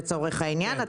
לצורך העניין,